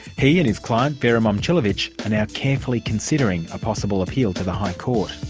he and his client, vera momcilovic are now carefully considering a possible appeal to the high court.